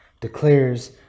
declares